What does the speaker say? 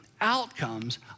Outcomes